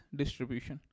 distribution